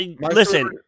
listen